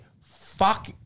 Fuck